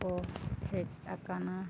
ᱠᱚ ᱦᱮᱡ ᱟᱠᱟᱱᱟ